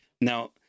Now